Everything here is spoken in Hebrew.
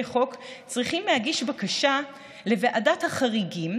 חוק צריכים להגיש בקשה לוועדת החריגים